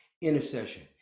intercession